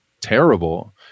terrible